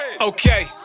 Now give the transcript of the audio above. Okay